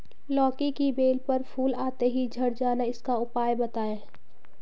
लौकी की बेल पर फूल आते ही झड़ जाना इसका उपाय बताएं?